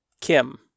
Kim